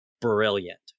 brilliant